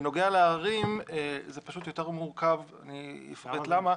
בנוגע לעררים זה פשוט יותר מורכב, ואני אפרט למה.